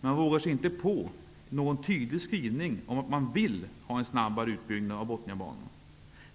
Men man vågar sig inte på någon tydlig skrivning om att man vill ha en snabbare utbyggnad av Botniabanan.